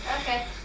Okay